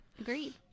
Agreed